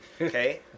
okay